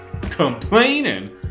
complaining